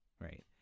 Right